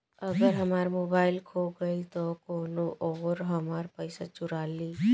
अगर हमार मोबइल खो गईल तो कौनो और हमार पइसा चुरा लेइ?